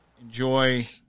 Enjoy